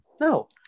No